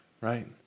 Right